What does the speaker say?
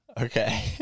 okay